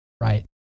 right